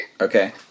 Okay